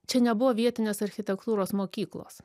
čia nebuvo vietinės architektūros mokyklos